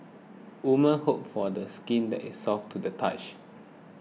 woman hope for the skin that is soft to the touch